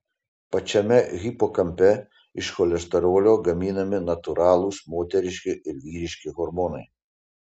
pačiame hipokampe iš cholesterolio gaminami natūralūs moteriški ir vyriški hormonai